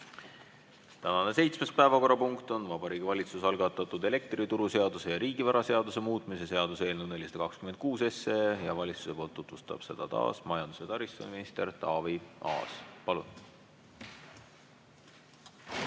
Tänane seitsmes päevakorrapunkt on Vabariigi Valitsuse algatatud elektrituruseaduse ja riigivaraseaduse muutmise seaduse eelnõu 426. Valitsuse poolt tutvustab seda taas majandus- ja taristuminister Taavi Aas. Palun!